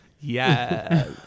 Yes